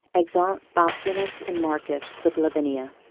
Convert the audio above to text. exeunt bassianus and marcus with lavinia